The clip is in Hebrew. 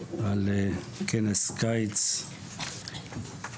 שיהיה לנו כנס קיץ פורה.